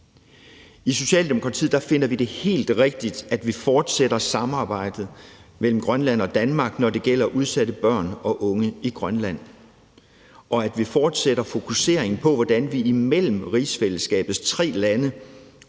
I Socialdemokratiet finder vi det helt rigtigt, at vi fortsætter samarbejdet mellem Grønland og Danmark, når det gælder udsatte børn og unge i Grønland, og at vi fortsætter fokuseringen på, hvordan vi imellem rigsfællesskabets tre lande